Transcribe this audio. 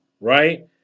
right